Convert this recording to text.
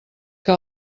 que